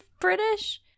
British